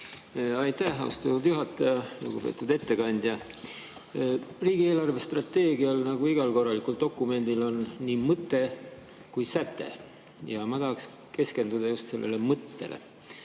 Aitäh, austatud juhataja! Lugupeetud ettekandja! Riigi eelarvestrateegial, nagu igal korralikul dokumendil, on nii mõte kui ka säte. Ma tahaks keskenduda just sellele mõttele.